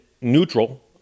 neutral